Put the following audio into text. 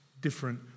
different